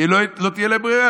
כי לא תהיה להם ברירה.